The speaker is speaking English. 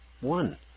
one